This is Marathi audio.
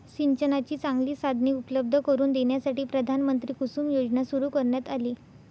सिंचनाची चांगली साधने उपलब्ध करून देण्यासाठी प्रधानमंत्री कुसुम योजना सुरू करण्यात आली